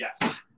Yes